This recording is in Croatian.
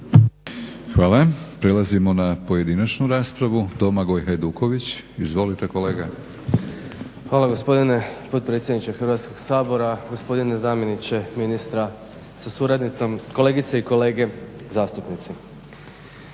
Hvala. Prelazimo na pojedinačnu raspravu. Domagoj Hajduković, izvolite kolega. **Milošević, Domagoj Ivan (HDZ)** Hvala gospodine potpredsjedniče Hrvatskog sabora. Gospodine zamjeniče ministra sa suradnicom, kolegice i kolege zastupnici.